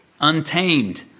untamed